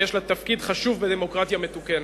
ויש לה תפקיד חשוב בדמוקרטיה מתוקנת,